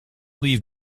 leave